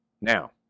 Now